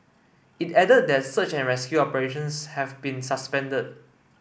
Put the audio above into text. it added that search and rescue operations have been suspended